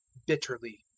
bitterly.